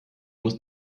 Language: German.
muss